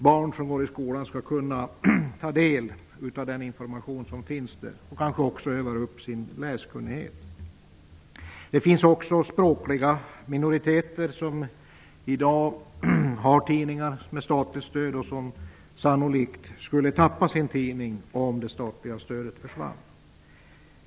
Barn som går i skolan skall kunna ta del av den information som finns där, och tidningen kanske också kan bidra till att de övar upp sin läskunnighet. Det finns också språkliga minoriteter som i dag har tidningar med statligt stöd och som sannolikt skulle förlora sina tidningar om det statliga stödet försvann.